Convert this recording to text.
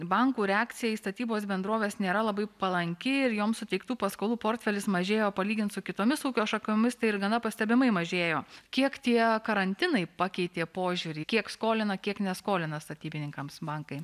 bankų reakcija į statybos bendrovės nėra labai palanki ir joms suteiktų paskolų portfelis mažėjo palygint su kitomis ūkio šakomis tai ir gana pastebimai mažėjo kiek tie karantinai pakeitė požiūrį kiek skolina kiek neskolina statybininkams bankai